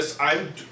I'm-